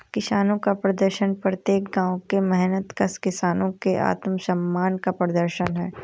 किसानों का प्रदर्शन प्रत्येक गांव के मेहनतकश किसानों के आत्मसम्मान का प्रदर्शन है